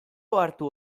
ohartu